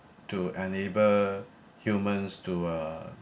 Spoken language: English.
to enable humans to uh